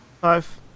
Five